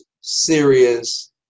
serious